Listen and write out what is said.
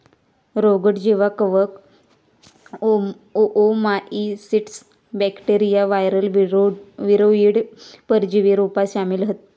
रोगट जीवांत कवक, ओओमाइसीट्स, बॅक्टेरिया, वायरस, वीरोइड, परजीवी रोपा शामिल हत